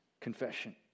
Confession